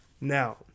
Now